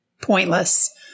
pointless